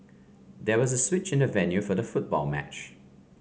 there was a switch in the venue for the football match